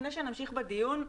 לפני שנמשיך בדיון,